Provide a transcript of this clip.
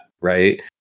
right